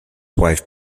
wife